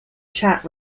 chat